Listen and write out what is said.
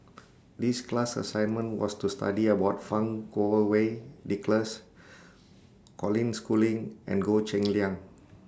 These class assignment was to study about Fang Kuo Wei Nicholas Colin Schooling and Goh Cheng Liang